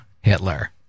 Hitler